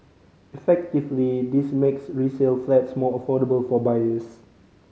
effectively this makes resale flats more affordable for buyers